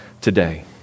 today